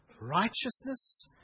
righteousness